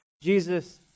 Jesus